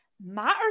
matters